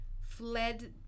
fled